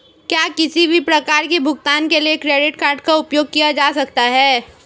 क्या किसी भी प्रकार के भुगतान के लिए क्रेडिट कार्ड का उपयोग किया जा सकता है?